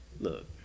Look